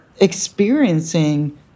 experiencing